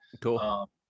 Cool